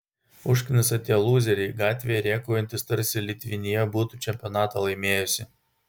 užknisa tie lūzeriai gatvėje rėkaujantys tarsi litvinija būtų čempionatą laimėjusi